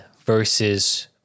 versus